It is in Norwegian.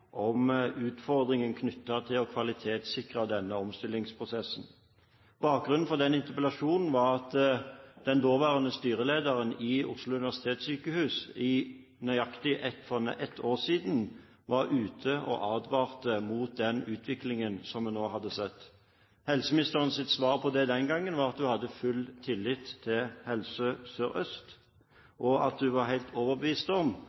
om utfordringen knyttet til å kvalitetssikre denne omstillingsprosessen. Bakgrunnen for interpellasjonen var at den daværende styrelederen i Oslo universitetssykehus for nøyaktig ett år siden var ute og advarte mot den utviklingen som en hadde sett. Helseministerens svar på det den gangen var at hun hadde full tillit til Helse Sør-Øst, og at hun var helt overbevist om